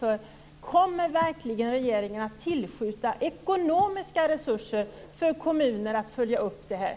Kommer verkligen regeringen att tillskjuta ekonomiska resurser för kommuner att följa upp detta?